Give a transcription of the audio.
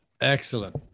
Excellent